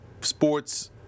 sports